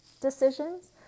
decisions